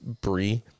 Brie